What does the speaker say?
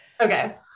okay